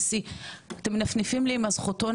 ואני חייבת להגיד די חאלס,